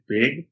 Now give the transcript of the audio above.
big